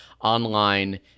online